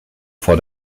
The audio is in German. vor